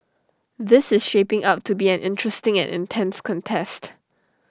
this is shaping up to be an interesting and intense contest